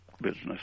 business